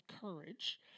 courage